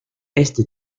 este